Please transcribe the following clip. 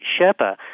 Sherpa